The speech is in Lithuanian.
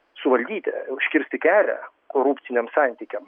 suvaldyti užkirsti kelią korupciniam santykiam